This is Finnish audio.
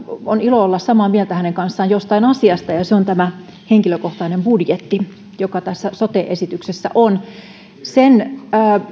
on ilo olla samaa mieltä hänen kanssaan jostain asiasta ja ja se on tämä henkilökohtainen budjetti joka tässä sote esityksessä on sen